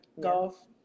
Golf